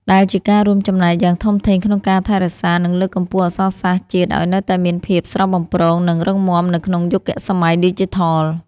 ដែលជាការរួមចំណែកយ៉ាងធំធេងក្នុងការថែរក្សា និងលើកកម្ពស់អក្សរសាស្ត្រជាតិឱ្យនៅតែមានភាពស្រស់បំព្រង និងរឹងមាំនៅក្នុងយុគសម័យឌីជីថល។